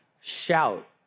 Shout